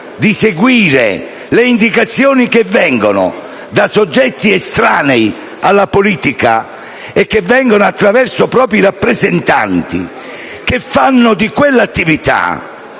di seguire le indicazioni che vengono da soggetti estranei alla politica, sostenute attraverso loro rappresentanti che fanno di quella attività